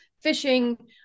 fishing